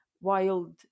wild